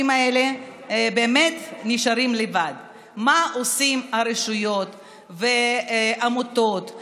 אפשר אולי לבדוק אם סגן